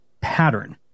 pattern